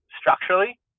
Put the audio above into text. structurally